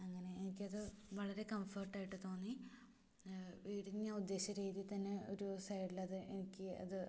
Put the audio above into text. അങ്ങനെ എനിക്കത് വളരെ കംഫേർട്ട് ആയിട്ട് തോന്നി വീടിന് ഞാൻ ഉദ്ദേശിച്ച രീതിയിൽ തന്നെ ഒരു സൈഡിലത് എനിക്ക് അത്